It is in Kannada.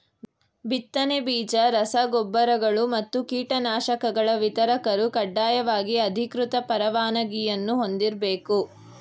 ಬಿತ್ತನೆ ಬೀಜ ರಸ ಗೊಬ್ಬರಗಳು ಮತ್ತು ಕೀಟನಾಶಕಗಳ ವಿತರಕರು ಕಡ್ಡಾಯವಾಗಿ ಅಧಿಕೃತ ಪರವಾನಗಿಯನ್ನೂ ಹೊಂದಿರ್ಬೇಕು